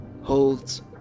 holds